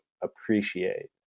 appreciate